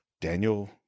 Daniel